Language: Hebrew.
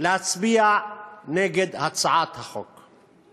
להצביע נגד הצעת החוק.